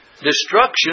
destruction